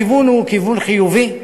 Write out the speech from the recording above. הכיוון הוא כיוון חיובי.